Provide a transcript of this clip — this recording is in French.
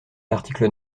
l’article